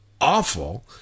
awful